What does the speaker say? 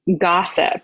gossip